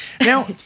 Now